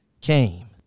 came